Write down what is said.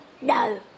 no